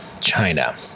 China